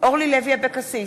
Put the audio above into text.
אורלי לוי אבקסיס,